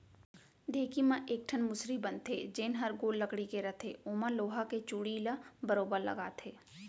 ढेंकी म एक ठन मुसरी बन थे जेन हर गोल लकड़ी के रथे ओमा लोहा के चूड़ी ल बरोबर लगाथे